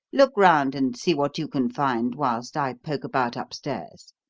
look round and see what you can find whilst i poke about upstairs.